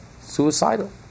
Suicidal